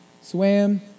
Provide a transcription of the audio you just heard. swam